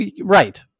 right